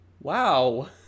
Wow